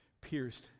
pierced